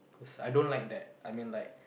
I don't like that I mean like